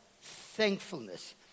thankfulness